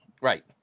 Right